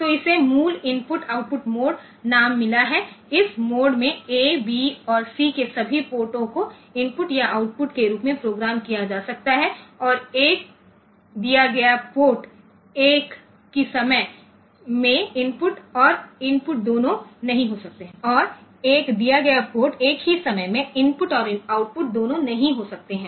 तोइसे मूल input output mode नाम मिला है इस मोड में ए बी और सी के सभी पोर्टो को इनपुट या आउटपुट के रूप में प्रोग्राम किया जा सकता है और एक दिया गया पोर्ट एक ही समय में इनपुट और आउटपुट दोनों नहीं हो सकता है